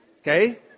Okay